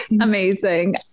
Amazing